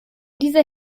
dieser